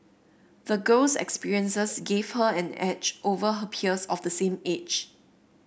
the girls experiences gave her an edge over her peers of the same age